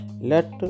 Let